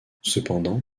cependant